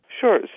Sure